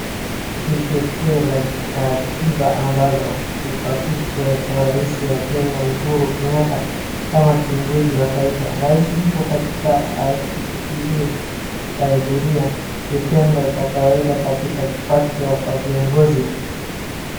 Kipekee la kiakaba ambalo kukabishwa kwa rais wa Kenya Uhuru Kenyatta kama kiongozi wa taifa. Rais yupo katika ashikilie Bibilia. Kitendo cha kawaida katika kupashwa kwa viongozi.